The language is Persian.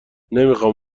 نمیخام